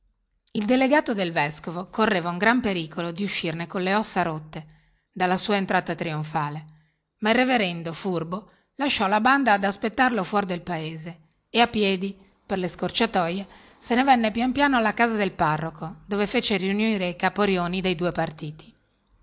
il delegato del vescovo correva un gran pericolo di uscirne colle ossa rotte dalla sua entrata trionfale ma il reverendo furbo lasciò la banda ad aspettarlo fuor del paese e a piedi per le scorciatoie se ne venne pian piano alla casa del parroco dove fece riunire i caporioni dei due partiti